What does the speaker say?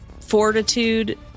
Fortitude